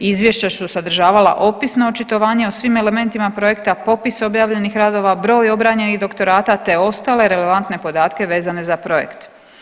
Izvješća su sadržavala opisna očitovanja o svim elementima projekta, popis objavljenih radova, broj obranjenih doktorata te ostale relevantne podatke vezane za projekt.